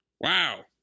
Wow